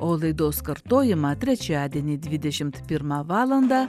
o laidos kartojimą trečiadienį dvidešimt pirmą valandą